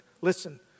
Listen